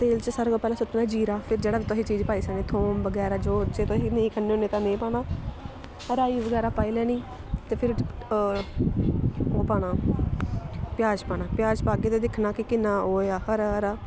तेल च सारें कोला पैह्लें सुट्टना जीरा फिर जेह्ड़ा तुसें चीज पाई सकने थोम बगैरा जो च तुस नेईं खन्ने होन्ने ते नेईं पाना राई बगैरा पाई लैनी ते फिर ओह् पाना प्याज पाना प्याज पाह्गे ते दिक्खना कि किन्ना ओह् होएआ हरा हरा